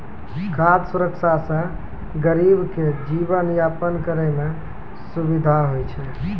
खाद सुरक्षा से गरीब के जीवन यापन करै मे सुविधा होय छै